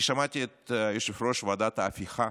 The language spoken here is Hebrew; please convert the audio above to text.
אני שמעתי את יושב-ראש ועדת ההפיכה